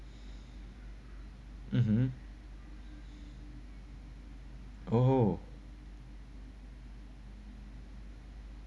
mmhmm